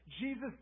Jesus